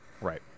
right